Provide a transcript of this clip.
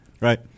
Right